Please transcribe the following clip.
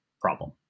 problem